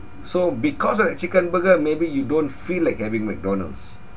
so because of that chicken burger maybe you don't feel like having mcdonald's